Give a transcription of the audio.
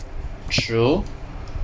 true